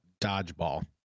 Dodgeball